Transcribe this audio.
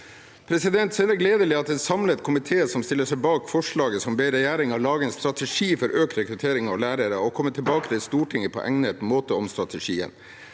Det er gledelig at det er en samlet komité som stiller seg bak forslaget om å be regjeringen lage en strategi for økt rekruttering av lærere og komme tilbake til Stortinget på egnet måte om strategien.